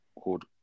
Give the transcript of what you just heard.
called